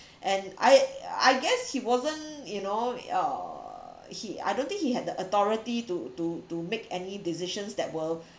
and I I guess he wasn't you know uh he I don't think he had the authority to to to make any decisions that will